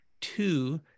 Two